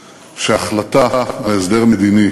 המינהל והמשפט הישראלי,